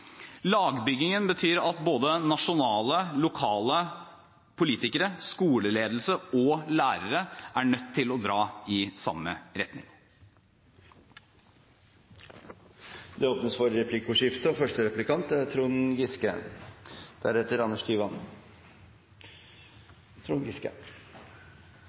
Lagbygging betyr at både politikere – nasjonale og lokale – skoleledelse og lærere er nødt til å dra i samme retning. Det blir replikkordskifte. Det er